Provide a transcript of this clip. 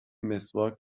مسواک